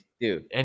dude